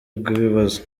rw’ibibazo